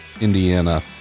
Indiana